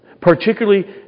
Particularly